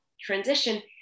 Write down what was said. transition